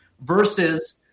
versus